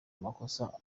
amakosa